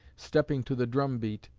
stepping to the drum-beat,